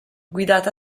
guidata